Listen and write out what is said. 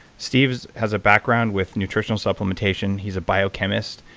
steve has has a background with nutritional supplementation. he's a biochemist.